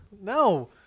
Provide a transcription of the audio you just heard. No